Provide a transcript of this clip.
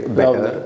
better